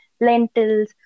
lentils